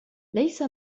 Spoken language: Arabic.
ليس